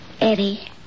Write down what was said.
Eddie